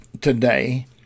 today